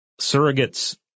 surrogates